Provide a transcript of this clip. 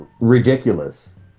ridiculous